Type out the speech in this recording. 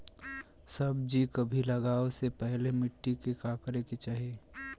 सब्जी कभी लगाओ से पहले मिट्टी के का करे के होखे ला?